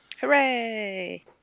Hooray